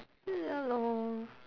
ya lor